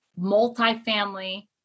multifamily